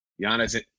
Giannis